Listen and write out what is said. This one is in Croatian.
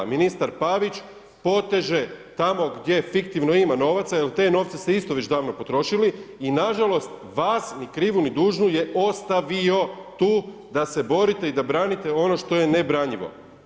Ministar Pavić poteže tamo gdje fiktivno ima novaca jer te novce ste isto već davno potrošili i nažalost, vas ni krivu ni dužnu je ostavio tu da se borite i da branite ono što je ne branjivo.